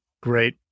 Great